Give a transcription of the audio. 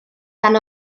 dan